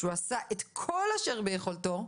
שהוא עשה "את כל אשר ביכולתו",